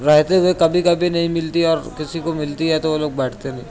رہتے ہوئے کبھی کبھی نہیں ملتی اور کسی کو ملتی ہے تو وہ لوگ بیٹھتے نہیں